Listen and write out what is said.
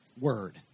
word